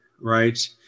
right